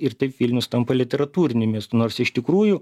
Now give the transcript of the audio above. ir taip vilnius tampa literatūriniu miestu nors iš tikrųjų